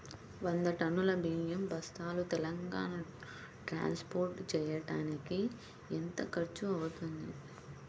వంద టన్నులు బియ్యం బస్తాలు తెలంగాణ ట్రాస్పోర్ట్ చేయటానికి కి ఎంత ఖర్చు అవుతుంది?